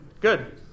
good